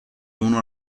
uno